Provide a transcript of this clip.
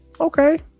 okay